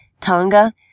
Tonga